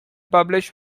published